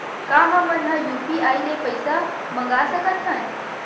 का हमन ह यू.पी.आई ले पईसा मंगा सकत हन?